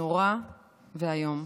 נורא ואיום.